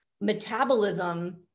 metabolism